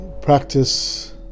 practice